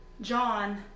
John